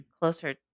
closer